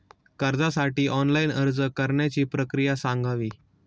कर्जासाठी ऑनलाइन अर्ज करण्याची प्रक्रिया सांगावी